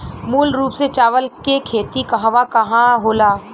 मूल रूप से चावल के खेती कहवा कहा होला?